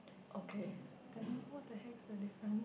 okay then what the hack is the difference